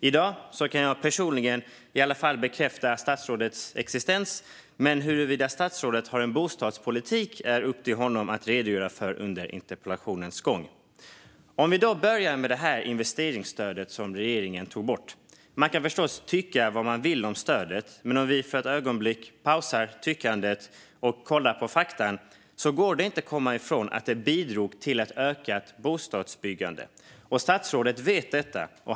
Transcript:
I dag kan jag personligen i alla fall bekräfta statsrådets existens, men huruvida statsrådet har en bostadspolitik är upp till honom att redogöra för under interpellationsdebattens gång. Vi kan börja med det investeringsstöd som regeringen tog bort. Man kan förstås tycka vad man vill om stödet, men om vi för ett ögonblick pausar tyckandet och kollar på fakta går det inte komma ifrån att stödet bidrog till ett ökat bostadsbyggande. Statsrådet vet detta.